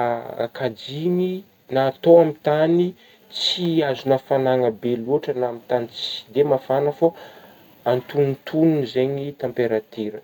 eo kajigny na atao amin'gny tagny tsy azon'afanagna be loatra na amin'gny tagny tsy dia mafagna fô fa atonotonigny zegny tamperatira.